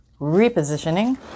Repositioning